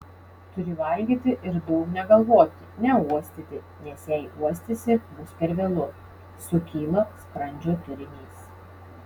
turi valgyti ir daug negalvoti neuostyti nes jei uostysi bus per vėlu sukyla skrandžio turinys